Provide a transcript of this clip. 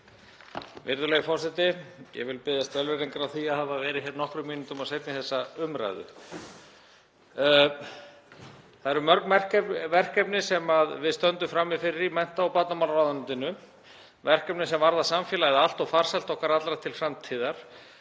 Það eru mörg verkefni sem við stöndum frammi fyrir í mennta- og barnamálaráðuneytinu, verkefni sem varða samfélagið allt og farsæld okkar allra til framtíðar.